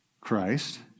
Christ